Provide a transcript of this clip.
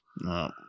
No